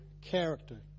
character